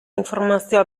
informazioa